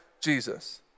Jesus